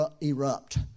erupt